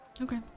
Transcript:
Okay